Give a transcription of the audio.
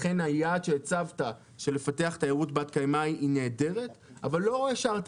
לכן היעד שהצבת לפתח תיירות בת-קיימא הוא נהדר אבל לא השארת